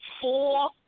Four